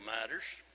matters